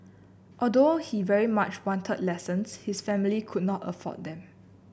although he very much wanted lessons his family could not afford them